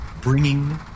bringing